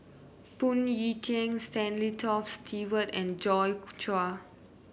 Phoon Yew Tien Stanley Toft Stewart and Joi Chua